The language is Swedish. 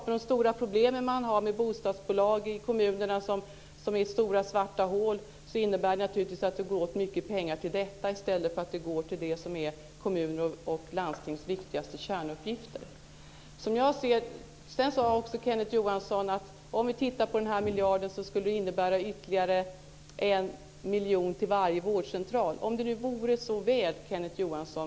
Med de stora problem som man har med bostadsbolag ute i kommunerna som är stora svarta hål går naturligtvis mycket pengar till detta i stället för att gå till det som är kommunernas och landstingens viktigaste kärnuppgifter. Kenneth Johansson sade att den här miljarden skulle innebära 1 miljon kronor till varje vårdcentral. Ja, om det vore så väl, Kenneth Johansson!